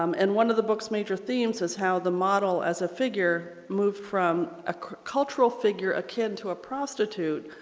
um and one of the book's major themes is how the model as a figure moved from a cultural figure akin to a prostitute,